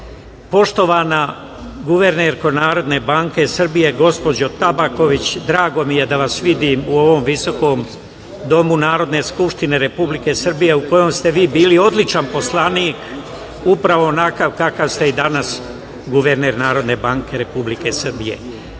poštovana guvernerko Narodne banke Srbije, gospođo Tabaković, drago mi je da vas vidim u ovom visokom domu Narodne skupštine Republike Srbije, u kojem ste vi bili odličan poslanik, upravo onakav kakav ste danas guverner Narodne banke Republike Srbije,